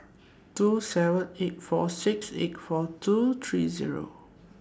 two seven eight four six eight four two three Zero